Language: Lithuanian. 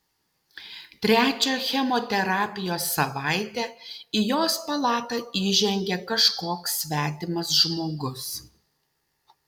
trečią chemoterapijos savaitę į jos palatą įžengė kažkoks svetimas žmogus